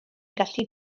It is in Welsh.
gallu